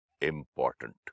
important